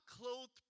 clothed